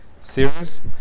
series